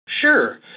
Sure